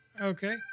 Okay